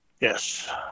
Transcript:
Yes